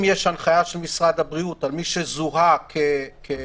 אם יש הנחיה של משרד הבריאות על מי שזוהה כחיובי